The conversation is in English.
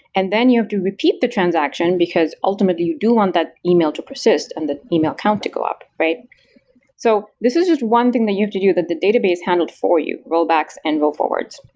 and then you have to repeat the transaction, because, ultimately, you do want that email to persist and the email count to go up. so this is just one thing that you have to do that the database handled for you, rollbacks and roll forwards.